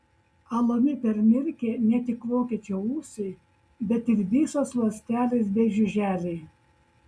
alumi permirkę ne tik vokiečio ūsai bet ir visos ląstelės bei žiuželiai